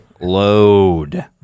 load